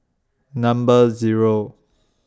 Number Zero